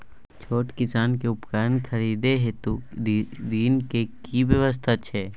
छोट किसान के कृषि उपकरण खरीदय हेतु ऋण के की व्यवस्था छै?